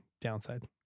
downside